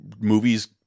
movies